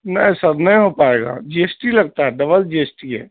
نہیں سر نہیں ہو پائے گا جی ایس ٹی لگتا ہے ڈبل جی ایس ٹی ہے